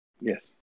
Yes